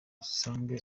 assange